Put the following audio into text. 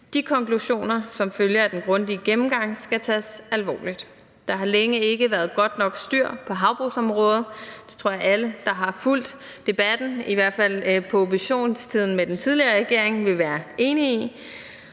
Konklusionerne som følge af den grundige gennemgang skal tages alvorligt. Der har længe ikke været godt nok styr på havbrugsområdet. Det tror jeg alle, der har fulgt debatten, i hvert fald fra oppositionstiden med den tidligere regering, vil være enige i.